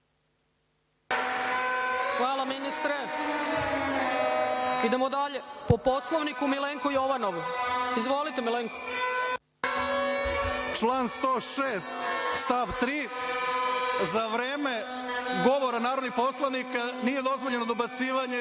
Hvala ministre. Idemo dalje. Po Poslovniku, Milenko Jovanov. **Milenko Jovanov** Član 106. stav 3. – za vreme govora narodnih poslanika nije dozvoljeno dobacivanje